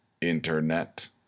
internet